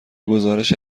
گزارش